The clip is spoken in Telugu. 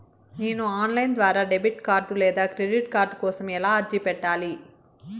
నేను ఆన్ లైను ద్వారా డెబిట్ కార్డు లేదా క్రెడిట్ కార్డు కోసం ఎలా అర్జీ పెట్టాలి?